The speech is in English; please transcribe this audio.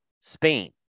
Spain